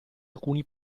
alcuni